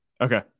Okay